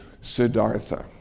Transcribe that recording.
Siddhartha